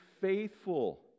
faithful